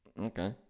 Okay